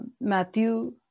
Matthew